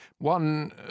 One